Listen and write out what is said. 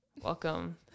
Welcome